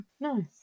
nice